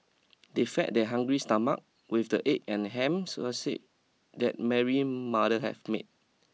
they fed their hungry stomach with the egg and ham sandwiches that Mary mother have made